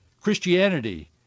Christianity